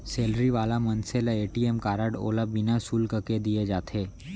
salary वाला मनसे ल ए.टी.एम कारड ओला बिना सुल्क के दिये जाथे